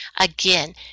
Again